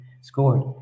scored